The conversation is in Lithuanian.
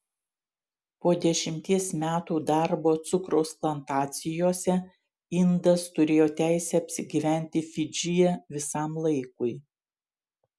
po dešimties metų darbo cukraus plantacijose indas turėjo teisę apsigyventi fidžyje visam laikui